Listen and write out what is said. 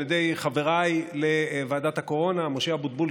ידי חבריי לוועדת הקורונה: משה אבוטבול,